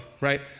right